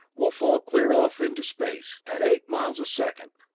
we'll fall clear off into space! at eight miles a second,